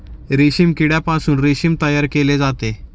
रेशीम किड्यापासून रेशीम तयार केले जाते